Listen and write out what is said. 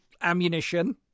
ammunition